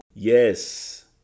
Yes